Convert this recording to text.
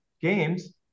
games